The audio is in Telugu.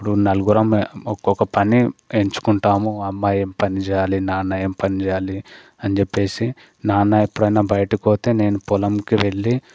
ఇప్పుడు నలుగురం ఒకొక్క పని ఎంచుకుంటాము అమ్మ ఏం పని చెయ్యాలి నాన్న ఏం పని చెయ్యాలి అని చెప్పేసి నాన్న ఎప్పుడైనా బయటకుపోతే నేను పోలంకి వెళ్ళి